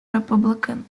republican